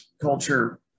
culture